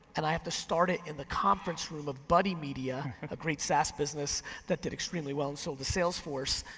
and i have to start it in the conference room buddy media, a great saas business that did extremely well and sold the sales force,